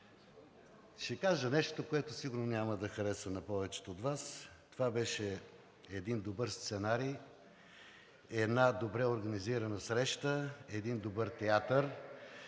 ще кажа нещо, което сигурно няма да хареса на повечето от Вас. Това беше един добър сценарий и една добре организирана среща, един добър театър.